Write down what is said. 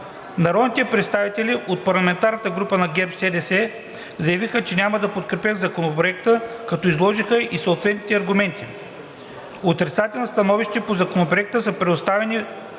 Народните представители от парламентарната група на ГЕРБ-СДС заявиха, че няма да подкрепят Законопроекта, като изложиха и съответните аргументи. Отрицателни становища по Законопроекта са предоставени